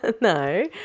No